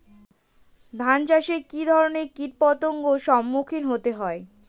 ধান চাষে কী ধরনের কীট পতঙ্গের সম্মুখীন হতে হয়?